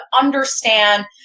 understand